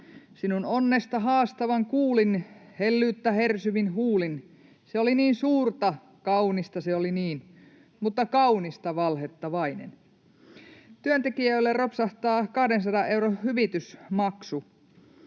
”Sinun onnesta haastavan kuulin / hellyyttä hersyvin huulin. / Se oli niin suurta, / kaunista se oli niin / mutta kaunista valhetta vainen.” Työntekijälle ropsahtaa 200 euron hyvitysmaksu,